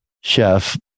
Chef